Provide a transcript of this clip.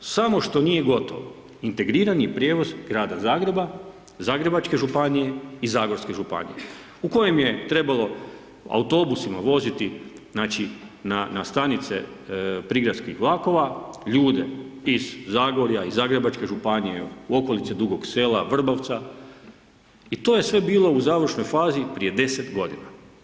Samo što nije gotovo, integrirani prijevoz grada Zagreba, Zagrebačke županije i Zagorske županije u kojem je trebalo autobusima voziti, znači na stanice prigradskih vlakova, ljude iz Zagorja, iz Zagrebačke županije, okolice Dugog Sela, Vrbovca i to je sve bilo u završnoj fazi prije 10 godina.